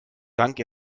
dank